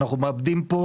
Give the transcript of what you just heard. אנחנו מאבדים פה